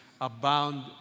abound